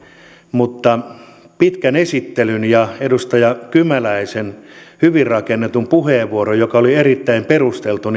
mutta pitkä esittely ja edustaja kymäläisen hyvin rakennettu puheenvuoro joka oli erittäin perusteltu